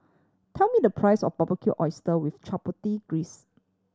tell me the price of Barbecued Oyster with Chipotle